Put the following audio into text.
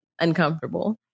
uncomfortable